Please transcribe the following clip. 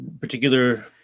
particular